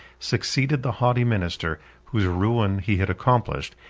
succeeded the haughty minister whose ruin he had accomplished,